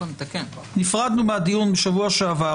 נפרדנו מהדיון בשבוע שעבר,